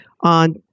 on